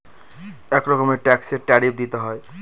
এক রকমের ট্যাক্সে ট্যারিফ দিতে হয়